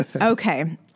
Okay